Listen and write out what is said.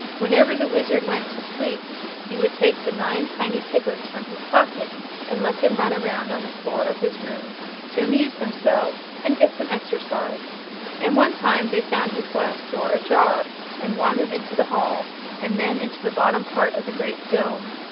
whenever the wizard went to sleep he would take the nine tiny piglets from his pocket and let them run around on the floor of his room to amuse themselves and get some exercise and one time they found his glass door ajar and wandered into the hall and then into the bottom part of the great dome,